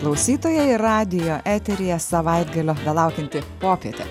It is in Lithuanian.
klausytojai radijo eteryje savaitgalio belaukianti popietė